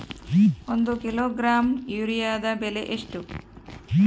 ಒಂದು ಕಿಲೋಗ್ರಾಂ ಯೂರಿಯಾದ ಬೆಲೆ ಎಷ್ಟು?